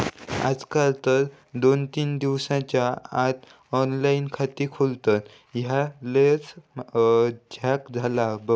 आजकाल तर दोन तीन दिसाच्या आत ऑनलाइन खाता खोलतत, ह्या लयच झ्याक झाला बघ